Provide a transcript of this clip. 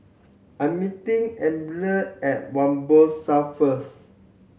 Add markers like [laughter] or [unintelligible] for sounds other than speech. I'm meeting [unintelligible] at Whampoa South first